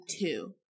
two